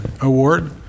award